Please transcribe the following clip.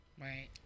Right